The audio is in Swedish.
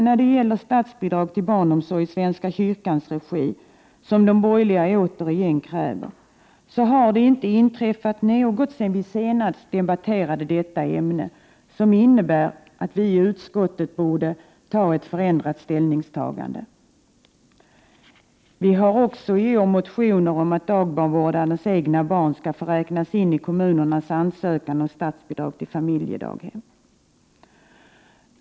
När det gäller statsbidrag till barnomsorg i svenska kyrkans regi, som de borgerliga återigen kräver, har det inte inträffat något sedan vi senast debatterade detta ämne som innebär att vi i utskottet borde ändra vårt ställningstagande. Vi har också i år motioner om att dagbarnvårdares egna barn skall få räknas in i kommunernas ansökan om statsbidrag till familjedaghem.